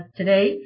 today